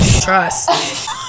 Trust